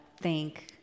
thank